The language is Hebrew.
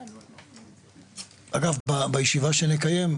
אגב, בישיבה שנקיים,